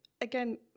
again